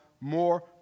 more